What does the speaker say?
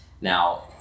Now